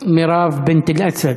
מירב בינת אל-אסד,